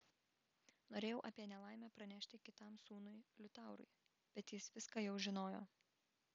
norėjau apie nelaimę pranešti kitam sūnui liutaurui bet jis viską jau žinojo